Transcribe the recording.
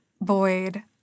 void